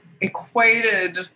equated